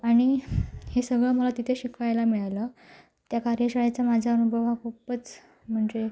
आणि हे सगळं मला तिथे शिकवायला मिळालं त्या कार्यशाळेचा माझा अनुभव हा खूपच म्हणजे